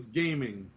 gaming